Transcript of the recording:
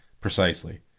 Precisely